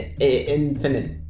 Infinite